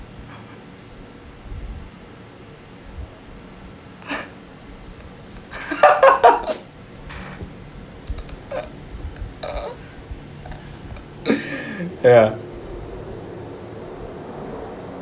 ya